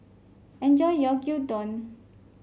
enjoy your Gyudon